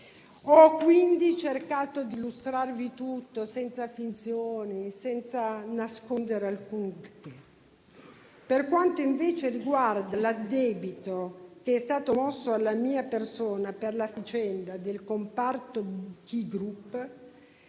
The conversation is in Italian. Ho quindi cercato di illustrarvi tutto senza finzioni, senza nascondere alcunché. Per quanto invece riguarda l'addebito che è stato mosso alla mia persona per la vicenda del comparto Ki Group,